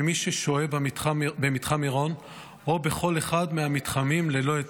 ששוהה במתחם מירון או בכל אחד מהמתחמים ללא היתר,